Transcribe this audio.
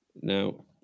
Now